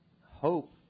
hope